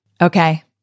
Okay